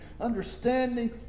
understanding